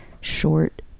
short